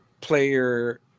player